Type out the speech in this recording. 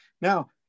Now